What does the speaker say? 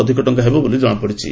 ଅଧିକ ଟଙ୍କାର ହେବ ବୋଲି ଜଣାପଡ଼ିଛି